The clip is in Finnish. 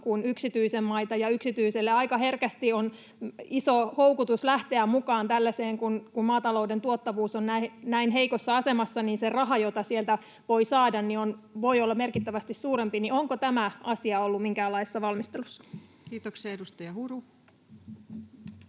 kuin yksityisen maita? Yksityiselle aika herkästi on iso houkutus lähteä mukaan tällaiseen, kun maatalouden tuottavuus on näin heikossa asemassa, niin se raha, jota sieltä voi saada, voi olla merkittävästi suurempi. Onko tämä asia ollut minkäänlaisessa valmistelussa? [Speech 258]